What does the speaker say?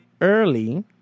early